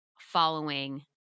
following